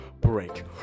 break